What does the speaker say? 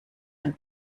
ein